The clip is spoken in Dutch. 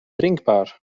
drinkbaar